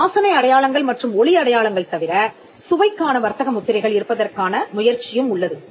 வாசனை அடையாளங்கள் மற்றும் ஒலி அடையாளங்கள் தவிர சுவைக்கான வர்த்தக முத்திரைகள் இருப்பதற்கான முயற்சியும் உள்ளது